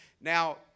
Now